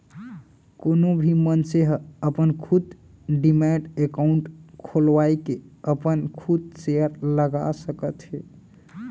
कोनो भी मनसे ह अपन खुद डीमैट अकाउंड खोलवाके अपन खुद सेयर लगा सकत हे